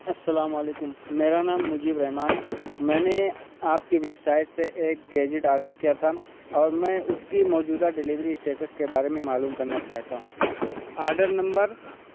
السلام علیکم میرا نام مجیب رحمٰن میں نے آپ کی ویب سائٹ سے ایک گیجٹ آڈر کیا تھا اور میں اس کی موجودہ ڈیلیوری اسٹیٹس کے بارے میں معلوم کرنا چاہتا ہوں آڈر نمبر